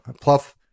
pluff